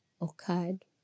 occurred